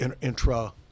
intra